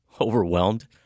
overwhelmed